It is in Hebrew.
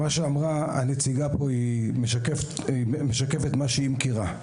מה שאמרה הנציגה פה, היא משקפת את מה שהיא מכירה.